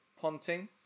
Ponting